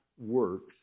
works